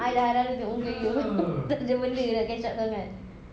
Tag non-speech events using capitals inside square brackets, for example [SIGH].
I dah hari hari tengok muka you [LAUGHS] tak ada benda nak catch up sangat